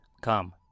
come